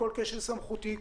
כל כשל סמכותי,